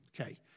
okay